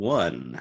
one